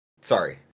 Sorry